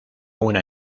una